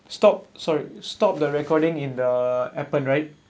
stop sorry stop the recording in the appen right